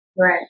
Right